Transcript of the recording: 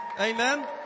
amen